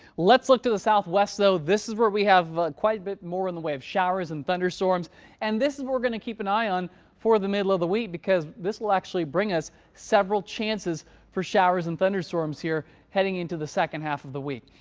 let's look to the southwest though. this is where we have quite a bit more in the way of showers and thunderstorms and this is we're going to keep an eye on for the middle of the week because this will actually bring us several chances for showers and thunderstorms here heading into the second half of the week.